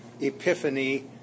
Epiphany